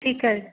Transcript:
ਠੀਕ ਹੈ